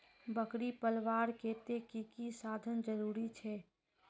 बकरी पलवार केते की की साधन जरूरी छे?